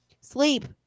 sleep